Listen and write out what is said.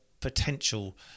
potential